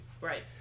Right